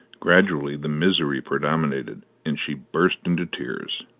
gradually the misery predominated and she burst into tears.